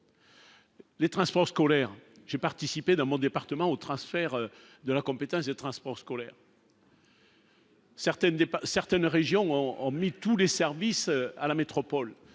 Les transports scolaires, j'ai participé, dans mon département, au transfert de la compétence de transports scolaires. Certaines pas certaines régions ont mis tous les services à la métropole,